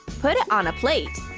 put it on a plate.